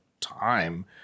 time